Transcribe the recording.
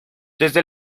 desde